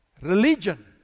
Religion